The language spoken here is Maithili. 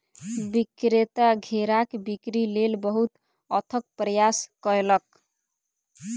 विक्रेता घेराक बिक्री लेल बहुत अथक प्रयास कयलक